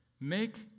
Make